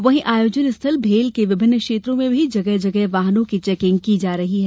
वहीं आयोजन स्थल भेल के विभिन्न क्षेत्रों में भी जगह जगह वाहनों की चेकिंग की जा रही है